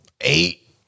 Eight